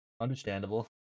Understandable